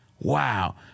wow